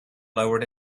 lowered